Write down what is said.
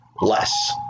less